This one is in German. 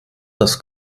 das